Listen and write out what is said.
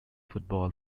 football